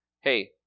Hey